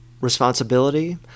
responsibility